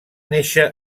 néixer